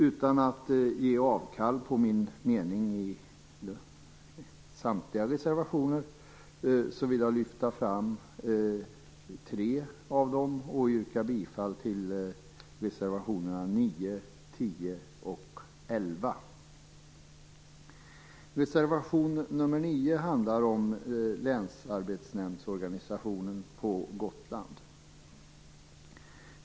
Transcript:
Utan att ge avkall på min mening i någon av mina reservationer vill jag lyfta fram tre av dem och yrka bifall till reservationerna 9, 10 och 11. Reservation nr 9 handlar om länsarbetsnämndsorganisationen på Gotland.